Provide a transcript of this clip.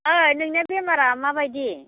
ओइ नोंनिया बेमारा माबादि